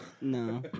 No